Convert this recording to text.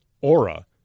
aura